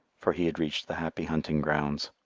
for he had reached the happy hunting grounds.